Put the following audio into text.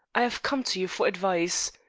i have come to you for advice.